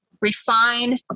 refine